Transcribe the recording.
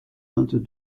vingt